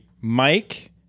Mike